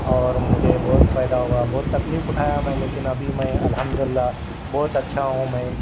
اور مجھے بہت فائدہ ہوا بہت تکلیف اٹھایا میں لیکن ابھی میں الحمدللہ بہت اچھا ہوں میں